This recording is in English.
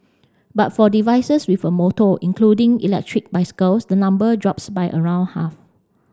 but for devices with a motor including electric bicycles the number drops by around half